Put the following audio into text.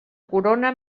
corona